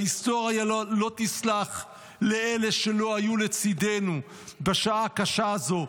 ההיסטוריה לא תסלח לאלה שלא היו לצידנו בשעה הקשה הזאת,